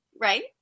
right